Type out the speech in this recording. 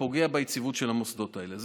שפוגע ביציבות של המוסדות האלה.